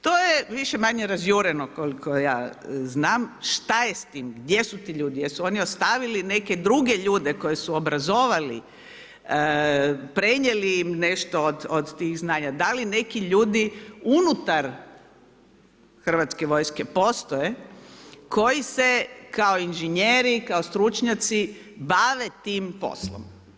To je više-manje razjureno koliko ja znam, šta je s tim, gdje su ti ljudi, jesu oni ostavili neke druge ljude koje su obrazovali, prenijeli im nešto od tih znanja, da li neki ljudi unutar Hrvatske vojske postoje koji se kao inžinjeri, kao stručnjaci bave tim poslom?